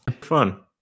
fun